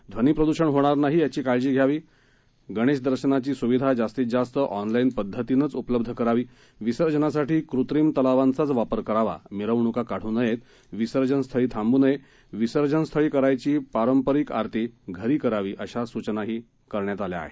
ध्वनीप्रद्षण होणार नाही याची काळजी घ्यावी गणेश दर्शनाची सुविधा जास्तीत जास्त ऑनलाईन पध्दतीनच उपलब्ध करावी विसर्जनासाठी कृत्रिम तलावांचाच वापर करावा मिरवण्का काढू नयेत विसर्जनास्थळी थांब् नये विसर्जनस्थळी करायची आरती घरी करावी अशा सूचनाही केल्या आहेत